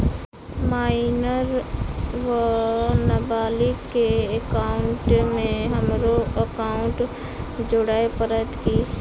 Minor वा नबालिग केँ एकाउंटमे हमरो एकाउन्ट जोड़य पड़त की?